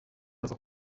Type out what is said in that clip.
avuga